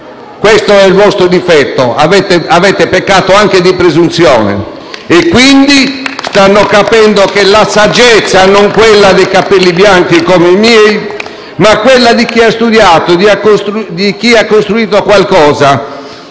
questo è il vostro difetto; avete peccato anche di presunzione - e stanno capendo che la saggezza, non quella dei capelli bianchi come i miei, ma quella di chi ha studiato, di chi ha costruito qualcosa,